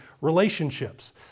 relationships